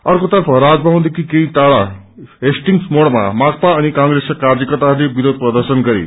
आकेँतर्फ राजभवनदेखि केही टाढा हेस्टिंग्स मोड़मा माकपा अनि क्र्रेसका कार्यकर्ताहरूले विरोध प्रर्दशन गरे